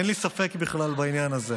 אין לי ספק בכלל בעניין הזה.